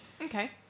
Okay